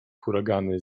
huragany